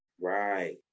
Right